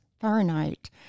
Fahrenheit